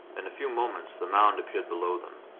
in a few moments the mound appeared below them.